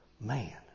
Man